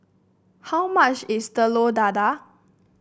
how much is Telur Dadah